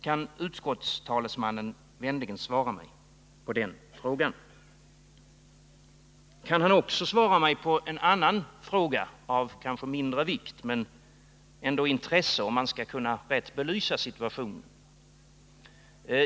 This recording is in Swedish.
Kan utskottstalesmannen vänligen svara på den frågan? Kan han också svara mig på en annan fråga, som kanske är av mindre vikt, men som ändock är av intresse, om man skall kunna belysa situationen riktigt?